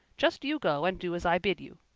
just you go and do as i bid you.